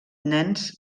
nens